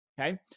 okay